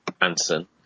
Anderson